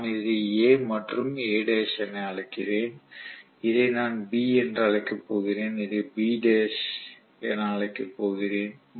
இதை நான் A மற்றும் A என அழைக்கிறேன் இதை நான் B என்று அழைக்கப் போகிறேன் இதை B என அழைக்கப் போகிறேன்